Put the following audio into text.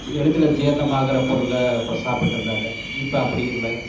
எளிதில் ஜீரணம் ஆகிற பொருளை அப்போ சாப்பிட்டுருந்தாங்க இப்போ அப்படி இல்லை